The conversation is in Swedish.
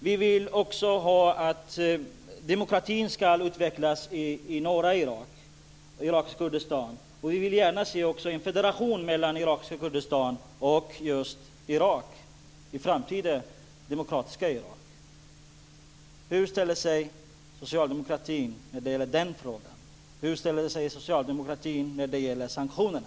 Vi vill att demokratin ska utvecklas i norra Irak, i irakiska Kurdistan, och vi vill gärna se en federation mellan irakiska Kurdistan och det framtida demokratiska Irak. Hur ställer sig socialdemokratin till den frågan? Hur ställer sig socialdemokratin till sanktionerna?